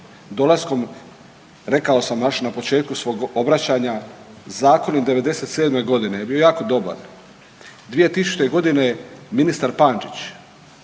dolaskom rekao sam još na početku svog obraćanja, zakon od '97. godine je bio jako dobar. 2000. godine ministar Pančić